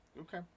Okay